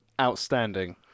Outstanding